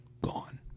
gone